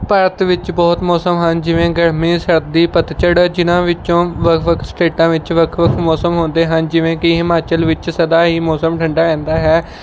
ਭਾਰਤ ਵਿੱਚ ਬਹੁਤ ਮੌਸਮ ਹਨ ਜਿਵੇਂ ਗਰਮੀ ਸਰਦੀ ਪਤਝੜ ਹੈ ਜਿਨ੍ਹਾਂ ਵਿੱਚੋਂ ਵੱਖ ਵੱਖ ਸਟੇਟਾਂ ਵਿੱਚ ਵੱਖ ਵੱਖ ਮੌਸਮ ਹੁੰਦੇ ਹਨ ਜਿਵੇਂ ਕਿ ਹਿਮਾਚਲ ਵਿੱਚ ਸਦਾ ਹੀ ਮੌਸਮ ਠੰਡਾ ਰਹਿੰਦਾ ਹੈ